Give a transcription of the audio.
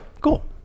Cool